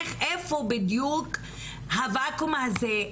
איפה בדיוק הוואקום הזה?